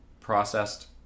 processed